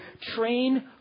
train